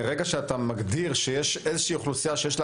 מרגע שאתה מגדיר שיש אוכלוסייה כלשהי שיש לה